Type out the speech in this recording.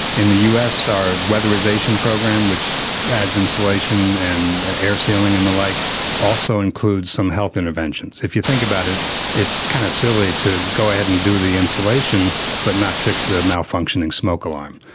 in the us our weatherisation program which adds insulation and air sealing and the like also includes some health interventions. if you think about it's kind of silly to go ahead and do the insulation but not fix the malfunctioning smoke alarm.